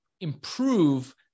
improve